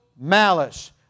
malice